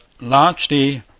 largely